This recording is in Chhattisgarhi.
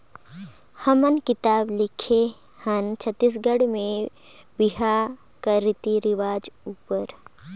हमन किताब लिखे हन छत्तीसगढ़ी में बिहा कर रीति रिवाज उपर